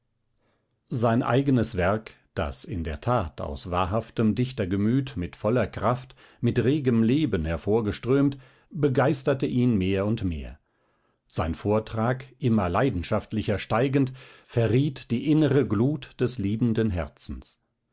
sein eignes werk das in der tat aus wahrhaftem dichtergemüt mit voller kraft mit regem leben hervorgeströmt begeisterte ihn mehr und mehr sein vortrag immer leidenschaftlicher steigend verriet die innere glut des liebenden herzens